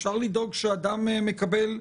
אפשר לדאוג שאדם מקבל,